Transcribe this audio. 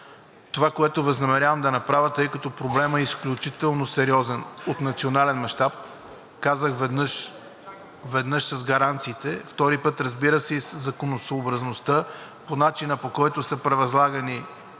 това, което възнамерявам да направя, тъй като проблемът е изключително сериозен – от национален мащаб, казах веднъж с гаранциите, втори път, разбира се, със законосъобразността по начина, по който са превъзлагани